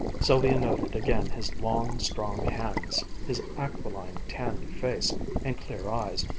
sylvia noted again his long, strong hands, his aquiline, tanned face and clear eyes,